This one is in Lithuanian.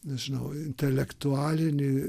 nežinau intelektualinį